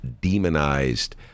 demonized